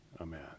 Amen